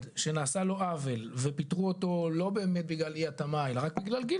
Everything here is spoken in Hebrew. שנעשה לו עוול ופיטרו אותו לא באמת בגלל אי התאמה אלא רק בגלל גיל,